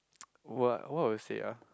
what what will you say ah